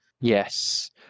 Yes